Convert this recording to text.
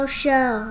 show